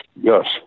yes